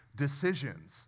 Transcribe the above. decisions